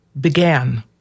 began